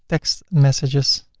text messages.